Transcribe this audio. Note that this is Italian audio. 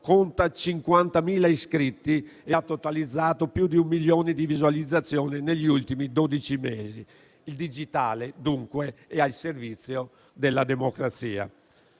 conta 50.000 iscritti e ha totalizzato più di un milione di visualizzazioni negli ultimi dodici mesi. Il digitale, dunque, è al servizio della democrazia.